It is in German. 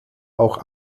auch